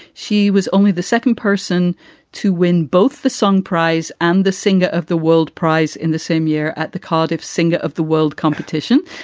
she was only the second person to win both the song prize and the singer of the world prize in the same year at the cardiff singer of the world competition.